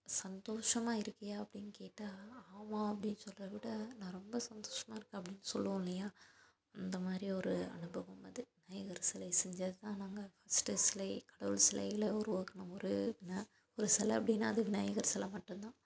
சந்தோஷமாக இருக்கீயா அப்படின்னு கேட்டால் ஆமாம் அப்படின்னு சொல்கிறத விட நான் ரொம்ப சந்தோஷமாக இருக்கேன் அப்படின்னு சொல்லுவோம் இல்லையா அந்த மாதிரி ஒரு அனுபவம் அது விநாயகர் சிலைய செஞ்சது தான் நாங்கள் ஃபஸ்ட்டு சிலையே கடவுள் சிலையில் உருவாக்கின ஒரு ந ஒரு சிலை அப்படின்னா அது விநாயகர் சிலை மட்டும்தான்